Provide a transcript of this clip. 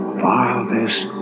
farthest